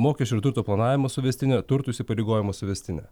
mokesčių ir turto planavimo suvestinė turto įsipareigojimų suvestinė